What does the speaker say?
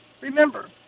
Remember